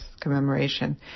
commemoration